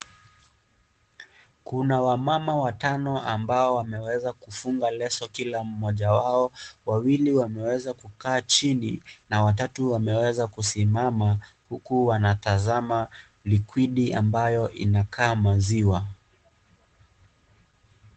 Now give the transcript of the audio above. Kuna wamama watano ambao wameweza kufunga leso kila moja wao. Wawili wameweza kukaa chini, na watatu wameweza kusimama huku wanatazama liquid ambayo inakaa maziwa.